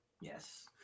Yes